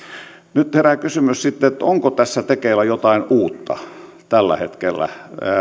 nyt herää kysymys sitten onko tässä tekeillä jotain uutta tällä hetkellä